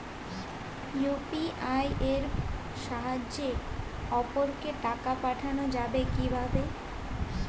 UPI এর সাহায্যে অপরকে টাকা পাঠানো যাবে কিভাবে?